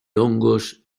hongos